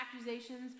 accusations